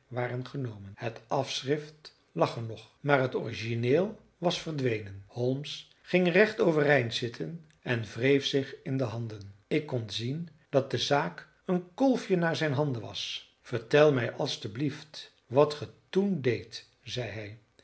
waren genomen het afschrift lag er nog maar het origineel was verdwenen holmes ging recht overeind zitten en wreef zich in de handen ik kon zien dat de zaak een kolfje naar zijn handen was vertel mij alsjeblieft wat ge toen deedt zei